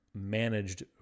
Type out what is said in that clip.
managed